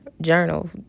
Journal